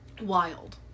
wild